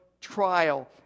trial